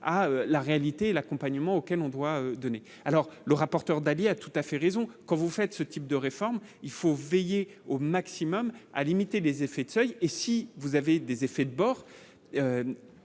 la réalité et l'accompagnement auquel on doit donner alors le rapporteur Dali a tout à fait raison quand vous faites ce type de réforme, il faut veiller au maximum à limiter les effets de seuil et si vous avez des effets de bord,